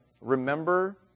Remember